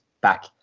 back